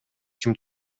ким